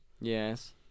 Yes